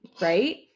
right